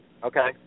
Okay